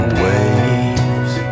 waves